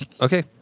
Okay